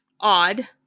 odd